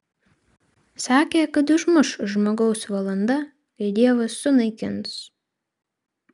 sakė kad išmuš žmogaus valanda kai dievas sunaikins